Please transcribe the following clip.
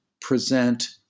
present